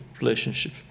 relationship